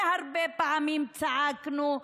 והרבה פעמים צעקנו,